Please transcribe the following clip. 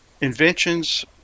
inventions